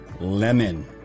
lemon